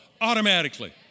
automatically